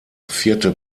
vierte